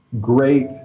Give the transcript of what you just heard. great